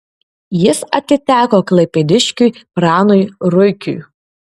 jis atiteko klaipėdiškiui pranui ruikiui